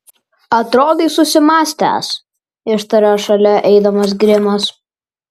atrodai susimąstęs ištarė šalia eidamas grimas